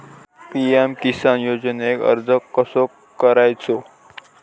PM Kisan योजनेक अर्ज कसो करायचो?